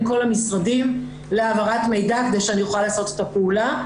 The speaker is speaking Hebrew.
כל המשרדים להעברת מידע כדי שאוכל לעשות את הפעולה.